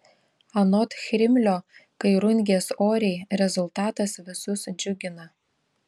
anot chrimlio kai rungies oriai rezultatas visus džiugina